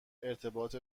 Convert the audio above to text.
ارتباط